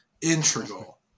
integral